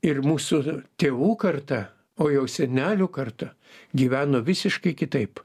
ir mūsų tėvų karta o jau senelių karta gyveno visiškai kitaip